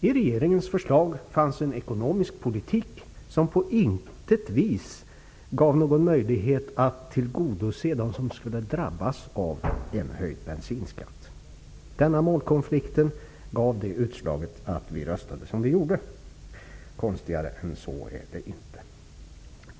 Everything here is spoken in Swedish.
I regeringens förslag fanns en ekonomisk politik som på intet vis gav någon möjlighet att tillgodose dem som skulle drabbas av en höjd bensinskatt. Målkonflikten gav utslaget att vi röstade som vi gjorde. Konstigare än så är det inte.